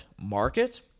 market